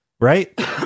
Right